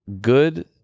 Good